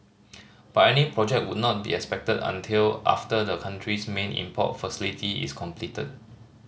but any project would not be expected until after the country's main import facility is completed